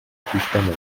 famine